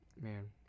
man